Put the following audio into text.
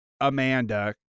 Amanda